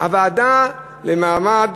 הוועדה לקידום מעמד